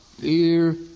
Fear